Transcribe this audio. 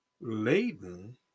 laden